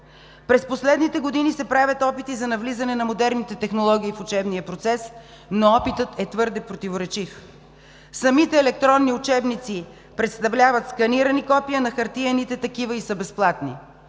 През последните години се правят опити за навлизане на модерните технологии в учебния процес, но опитът е твърде противоречив. Самите електронни учебници представляват сканирани копия на хартиените такива и са безплатни,